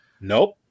Nope